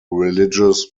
religious